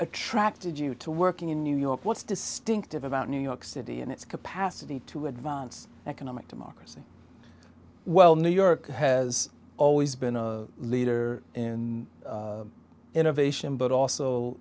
attracted you to working in new york what's distinctive about new york city and its capacity to advance economic democracy well new york has always been a leader in innovation but also